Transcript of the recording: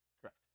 Correct